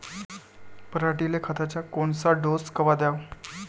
पऱ्हाटीले खताचा कोनचा डोस कवा द्याव?